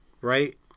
right